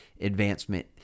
advancement